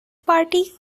party